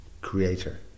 Creator